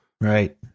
Right